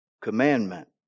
commandment